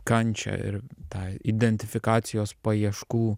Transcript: kančią ir tą identifikacijos paieškų